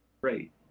great